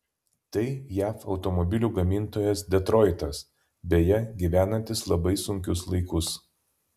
tai jav automobilių gamintojas detroitas beje gyvenantis labai sunkius laikus